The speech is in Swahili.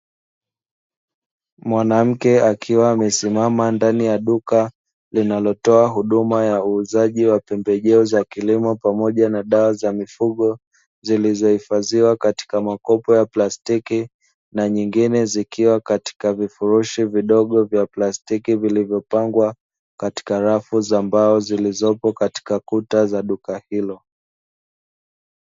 Mwanamke akiwa amesimama ndani ya duka, linalotoa huduma ya uuzaji wa pembejeo za kilimo pamoja na dawa za mifugo. Zilizohifadhiwa katika makopo ya plastiki na nyingine zikiwa katika vifurushi vidogo vya plastiki, vilivyopangwa katika rafu za mbao zilizopo katika kuta za duka hilo.